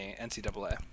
NCAA